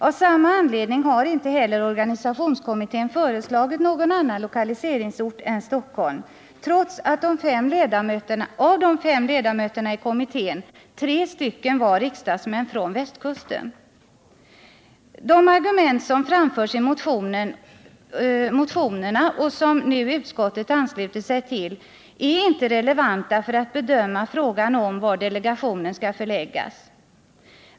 Av samma anledning har inte heller organisationskommittén föreslagit någon annan lokaliseringsort än Stockholm, trots att av de fem ledamöterna i kommittén tre stycken var riksdagsmän från västkusten. De argument som framförts i motionerna och som nu utskottet anslutit sig till är inte relevanta när det gäller att bedöma var delegationen skall förläggas.